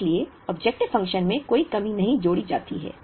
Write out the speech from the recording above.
इसलिए objective function में कोई कमी नहीं जोड़ी जाती है